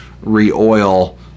re-oil